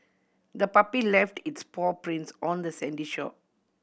the puppy left its paw prints on the sandy shore